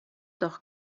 doch